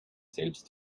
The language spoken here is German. selbst